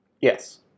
Yes